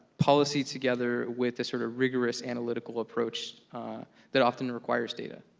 policy together with a sort of rigorous analytical approach that often requires data,